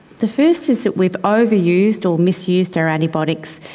the first is that we've overused or misused our antibiotics,